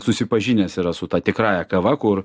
susipažinęs yra su ta tikrąja kava kur